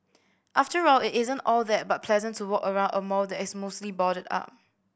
after all it isn't at all that but pleasant to walk around a mall that is mostly boarded up